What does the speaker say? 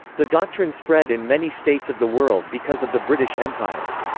the doctrine spread in many states of the world because of the british empire.